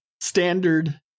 standard